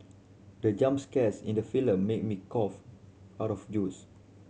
the jump scares in the film made me cough out of juice